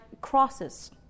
crosses